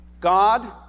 God